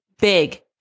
big